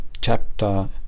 chapter